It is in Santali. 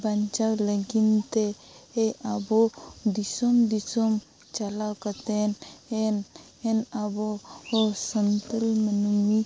ᱵᱟᱧᱪᱟᱣ ᱞᱟᱹᱜᱤᱫᱛᱮ ᱟᱵᱚ ᱫᱤᱥᱚᱢ ᱫᱤᱥᱚᱢ ᱪᱟᱞᱟᱣ ᱠᱟᱛᱮᱫ ᱟᱵᱚ ᱥᱟᱱᱛᱟᱲ ᱢᱟᱹᱱᱢᱤ